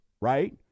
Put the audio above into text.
right